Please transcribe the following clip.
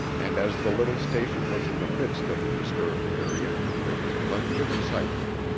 and as the little station was in the midst of the disturbed area, there was plenty of excitement.